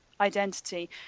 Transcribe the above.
identity